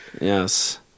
Yes